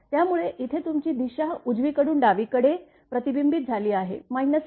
त्यामुळे इथे तुमची दिशा उजवीकडून डावीकडे प्रतिबिंबित झाली आहे vf